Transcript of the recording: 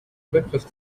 breakfast